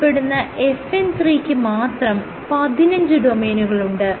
അവയിൽ ഉൾപ്പെടുന്ന FN 3 ക്ക് മാത്രം 15 ഡൊമെയ്നുകളുണ്ട്